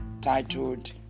titled